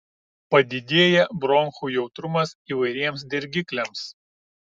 padidėja bronchų jautrumas įvairiems dirgikliams